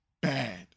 bad